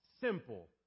simple